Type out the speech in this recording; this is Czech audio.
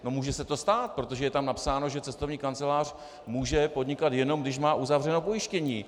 No, může se to stát, protože je tam napsáno, že cestovní kancelář může podnikat, jenom když má uzavřené pojištění.